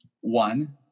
One